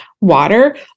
water